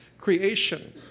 creation